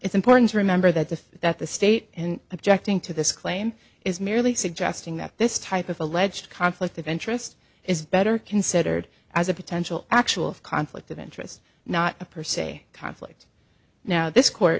it's important to remember that the that the state and objecting to this claim is merely suggesting that this type of alleged conflict of interest is better considered as a potential actual conflict of interest not to pursue a conflict now this court